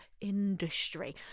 industry